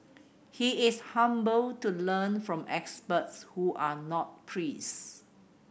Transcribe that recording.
he is humble to learn from experts who are not priests